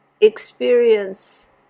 experience